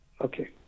Okay